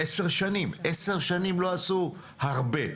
עשר שנים, עשר שנים לא עשו הרבה.